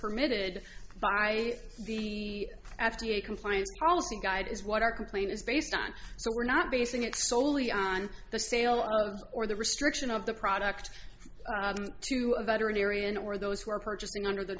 permitted by the f d a compliance policy guide is what our complaint is based on so we're not basing it solely on the sale or the restriction of the product to a veterinarian or those who are purchasing under the